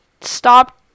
stop